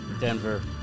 Denver